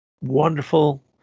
wonderful